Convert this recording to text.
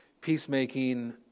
Peacemaking